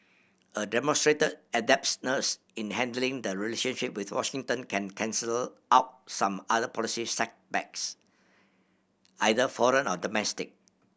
a demonstrated adeptness in handling the relationship with Washington can cancel out some other policy setbacks either foreign or domestic